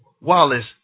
Wallace